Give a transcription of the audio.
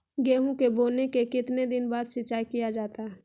गेंहू के बोने के कितने दिन बाद सिंचाई किया जाता है?